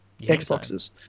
Xboxes